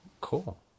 Cool